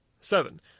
seven